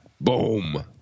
Boom